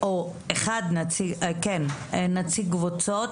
נציג קבוצות,